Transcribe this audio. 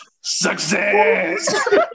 Success